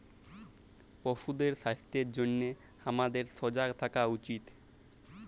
পশুদের স্বাস্থ্যের জনহে হামাদের সজাগ থাকা উচিত